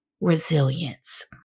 resilience